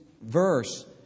verse